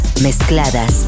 mezcladas